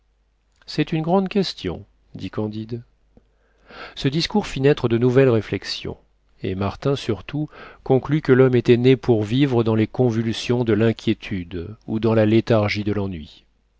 c'est une grande question dit candide ce discours fit naître de nouvelles réflexions et martin surtout conclut que l'homme était né pour vivre dans les convulsions de l'inquiétude ou dans la léthargie de l'ennui